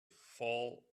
fall